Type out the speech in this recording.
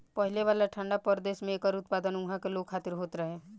पहिले वाला ठंडा प्रदेश में एकर उत्पादन उहा के लोग खातिर होत रहे